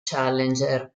challenger